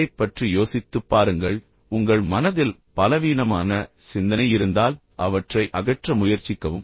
இதைப் பற்றி யோசித்துப் பாருங்கள் உங்கள் மனதில் பலவீனமான சிந்தனை இருந்தால் அவற்றை அகற்ற முயற்சிக்கவும்